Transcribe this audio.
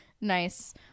nice